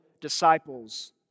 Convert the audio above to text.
disciples